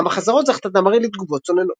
גם בחזרות זכתה דמארי לתגובות צוננות.